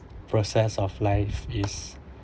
process of life is